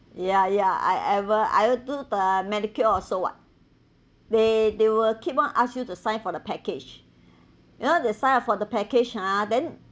ya ya I ever I'll do the medicure also [what] they they will keep on ask you to sign for the package you know they sign up for the package hor then